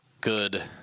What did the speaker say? good